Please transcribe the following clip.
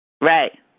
Right